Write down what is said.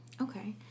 Okay